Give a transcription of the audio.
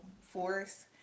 force